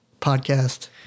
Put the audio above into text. podcast